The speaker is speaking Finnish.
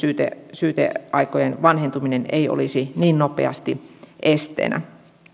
syyteaikojen vanhentuminen ei olisi niin nopeasti esteenä